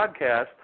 podcast